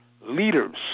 leaders